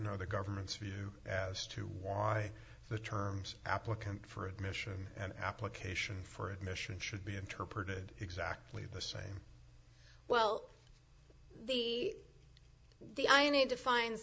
know the government's view as to why the terms applicant for admission and application for admission should be interpreted exactly the same well the the i need to find